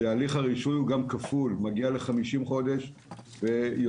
שהליך הרישוי הוא גם כפול ומגיע ל-50 חודשים ויותר,